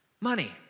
money